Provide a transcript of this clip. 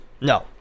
No